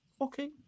okay